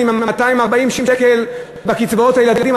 עם ה-240 שקל בקצבאות הילדים,